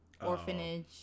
orphanage